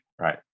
right